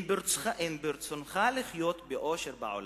אם ברצונך לחיות באושר בעולם,